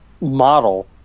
model